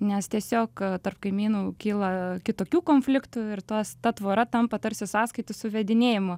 nes tiesiog tarp kaimynų kyla kitokių konfliktų ir tos ta tvora tampa tarsi sąskaitų suvedinėjimu